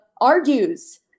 argues